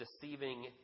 deceiving